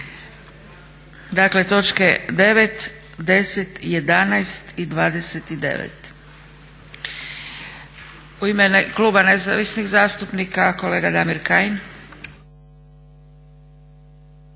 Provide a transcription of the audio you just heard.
Dakle točke 9, 10, 11 i 29. U ime Kluba nezavisnih zastupnika kolega Damir Kajin.